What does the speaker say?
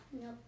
Nope